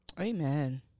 Amen